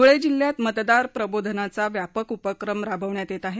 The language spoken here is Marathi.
धुळे जिल्ह्यात मतदार प्रबोधनाचा व्यापक उपक्रम राबवण्यात येत आहे